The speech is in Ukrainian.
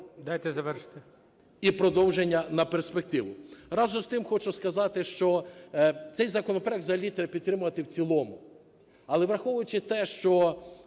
І продовження на перспективу. Разом з тим хочу сказати, що цей законопроект взагалі треба підтримувати в цілому. Але враховуючи те, що